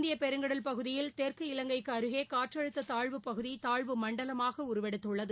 இந்திய பெருங்கடல் பகுதியில் தெற்கு இலங்கைக்கு அருகே காற்றழுத்த தாழ்வுப்பகுதி தாழ்வு மண்டலமாக உருவெடுத்துள்ளது